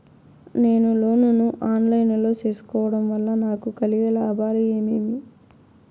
నేను లోను ను online లో సేసుకోవడం వల్ల నాకు కలిగే లాభాలు ఏమేమీ?